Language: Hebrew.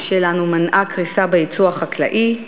שלנו מנעה קריסה בייצוא החקלאי,